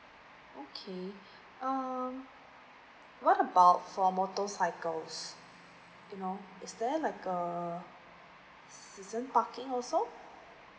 okay um what about for motorcycles you know is there like a season parking also